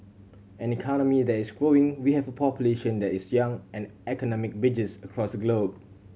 an economy that is growing we have a population that is young and economic bridges across the globe